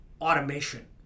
automation